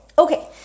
Okay